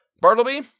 Bartleby